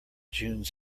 june